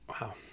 Wow